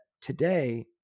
today